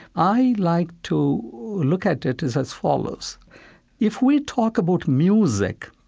i like to look at it as as follows if we talk about music,